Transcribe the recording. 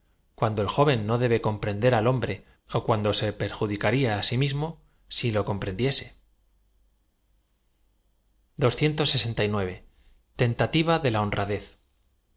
cuando el jo ven no debe com prender al hombre ó cuando se perjudicarla á sí mis mo si lo comprendiese tentativa de la honradez